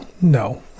no